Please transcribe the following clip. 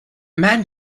man